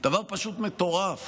דבר פשוט מטורף